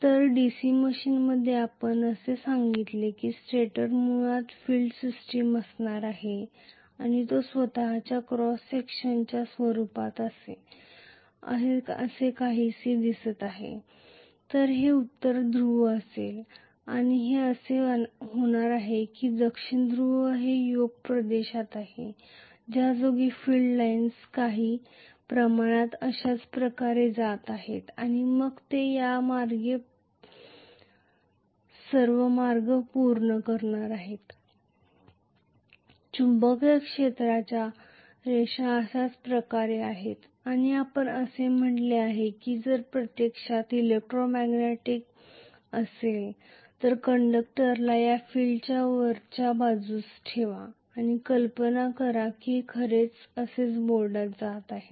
तर DC मशिनमधे आपण असे सांगितले की स्टेटर मुळात फील्ड सिस्टम असणार आहे आणि तो स्वतःच्या क्रॉस सेक्शनच्या स्वरुपात असे काहीसे दिसत आहे तर हे उत्तर ध्रुव असेल आणि हे असे होणार आहे दक्षिण ध्रुव हे योक प्रदेश आहे ज्यायोगे फिल्ड लाईन्स काही प्रमाणात अशाच प्रकारे जात आहेत आणि मग ते या मार्गाचा मार्ग पूर्ण करणार आहे चुंबकीय क्षेत्राच्या रेषा अशाच प्रकारे आहेत आणि आपण असे म्हटले आहे की जर ते प्रत्यक्षात इलेक्ट्रोमॅग्नेट असेल तर कंडक्टरला या फील्डच्या वरच्या बाजूस ठेवा आणि कल्पना करा की हे खरंच असेच बोर्डात जात आहे